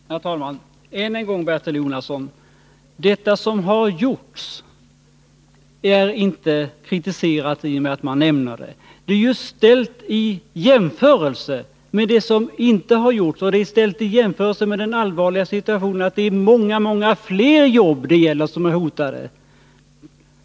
Herr talman! Än en gång till Bertil Jonasson: Det som gjorts är inte kritiserat i och med att man nämner det — det är ställt i jämförelse med det som inte gjorts och med den allvarliga situationen att det är många fler jobb som är hotade.